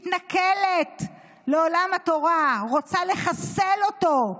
מתנכלת לעולם התורה, רוצה לחסל אותו,